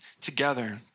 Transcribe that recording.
together